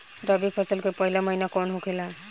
रबी फसल के पहिला महिना कौन होखे ला?